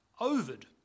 Ovid